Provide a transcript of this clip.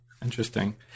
Interesting